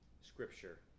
scripture